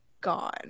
gone